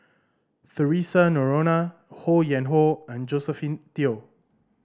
Theresa Noronha Ho Yuen Hoe and Josephine Teo